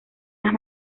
las